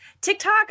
TikTok